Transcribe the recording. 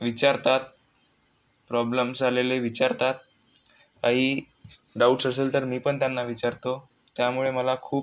विचारतात प्रॉब्लम्स झालेले विचारतात काही डाउट्स असेल तर मी पण त्यांना विचारतो त्यामुळे मला खूप